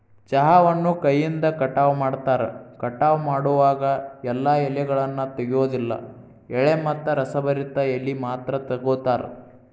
ಚಹಾವನ್ನು ಕೈಯಿಂದ ಕಟಾವ ಮಾಡ್ತಾರ, ಕಟಾವ ಮಾಡೋವಾಗ ಎಲ್ಲಾ ಎಲೆಗಳನ್ನ ತೆಗಿಯೋದಿಲ್ಲ ಎಳೆ ಮತ್ತ ರಸಭರಿತ ಎಲಿ ಮಾತ್ರ ತಗೋತಾರ